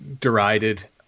derided